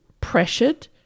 pressured